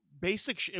basic